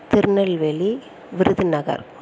Tirunelveli Virudhunagar